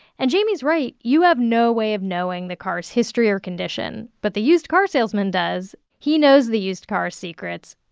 and jamie's right. you have no way of knowing the car's history or condition. but the used car salesman does. he knows the used car's secrets,